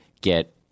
get